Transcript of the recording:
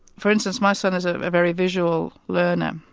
for instance my son is a very visual learner,